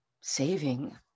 saving